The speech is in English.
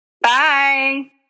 Bye